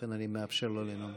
לכן אני מאפשר לו לנאום.